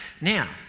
Now